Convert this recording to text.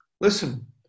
Listen